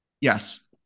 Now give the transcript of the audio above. Yes